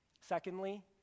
Secondly